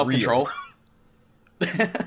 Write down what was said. self-control